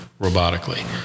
robotically